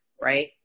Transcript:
Right